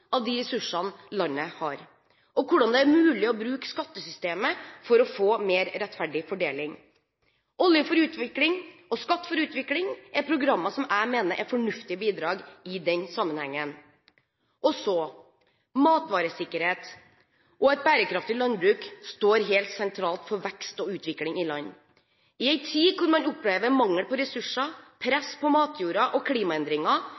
av de ressursene landet har, og hvordan det er mulig å bruke skattesystemet for å få en mer rettferdig fordeling. Olje for utvikling og Skatt for utvikling er programmer jeg mener er fornuftige bidrag i den sammenhengen. Matvaresikkerhet og et bærekraftig landbruk står helt sentralt for vekst og utvikling i land. I en tid hvor man opplever mangel på ressurser, press på matjorden og klimaendringer